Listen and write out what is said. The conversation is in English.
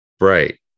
Right